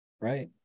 right